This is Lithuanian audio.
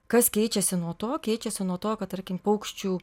kas keičiasi nuo to keičiasi nuo to kad tarkim paukščių